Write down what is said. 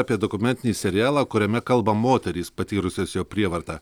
apie dokumentinį serialą kuriame kalba moterys patyrusios jo prievartą